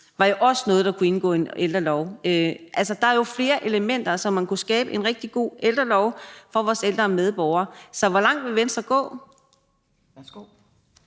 var jo også noget, der kunne indgå i en ældrelov. Altså, der er jo flere elementer. Så man kunne skabe en rigtig god ældrelov for vores ældre medborgere. Så hvor langt vil Venstre gå?